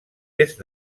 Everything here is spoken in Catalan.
est